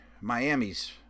Miami's